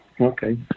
Okay